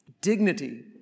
dignity